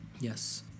yes